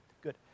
Good